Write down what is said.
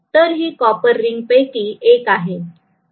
तर ही copper ring पैकी एक आहे